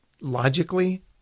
logically